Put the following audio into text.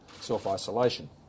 self-isolation